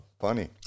Funny